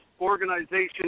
organization